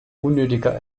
unnötiger